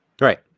right